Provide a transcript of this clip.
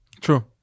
True